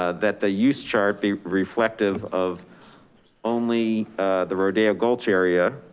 ah that the use chart be reflective of only the rodeo gulch area